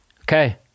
Okay